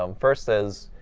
um first is,